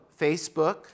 Facebook